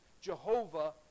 Jehovah